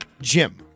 Jim